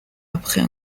après